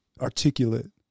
articulate